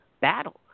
battle